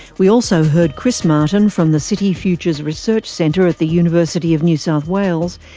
we also heard chris martin from the city futures research centre at the university of new south wales,